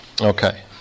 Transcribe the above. Okay